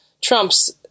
Trump's